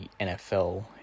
NFL